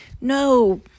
no